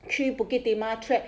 去 bukit timah trek